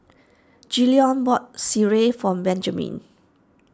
bought Sireh for Benjaman